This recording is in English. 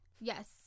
Yes